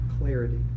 clarity